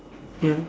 ya